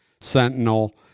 Sentinel